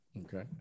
Okay